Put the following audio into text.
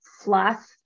fluff